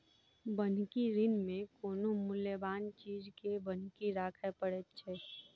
बन्हकी ऋण मे कोनो मूल्यबान चीज के बन्हकी राखय पड़ैत छै